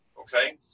okay